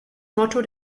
motto